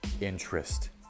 interest